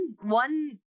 one